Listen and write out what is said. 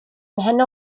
mhen